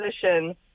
position